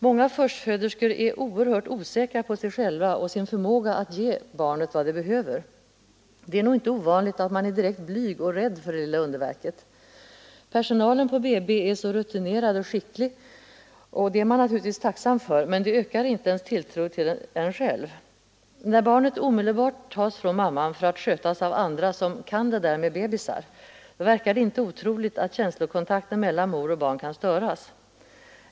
Många förstföderskor är oerhört osäkra på sig själva och sin förmåga att ge barnet vad det behöver. Det är nog inte ovanligt att man är direkt blyg och rädd för det lilla underverket. Personalen på BB är så rutinerad och skicklig, och det är man naturligtvis tacksam för, men det ökar inte ens tilltro till en själv. När barnet omedelbart tas från mamman för att skötas av andra som ”kan det där med bebisar”, verkar det inte otroligt att känslokontakten mellan mor och barn kan störas.